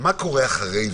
מה קורה אחרי זה?